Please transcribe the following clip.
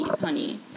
honey